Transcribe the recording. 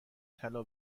طلا